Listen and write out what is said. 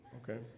Okay